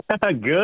Good